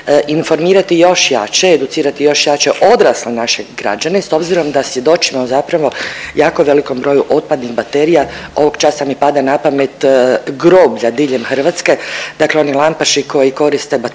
informirati još jače, educirati još jače odrasli naši građani s obzirom da svjedočimo zapravo jako velikom broju otpadnih baterija, ovog časa mi pada na pamet groblja diljem Hrvatske, dakle oni lampaši koji koriste baterije,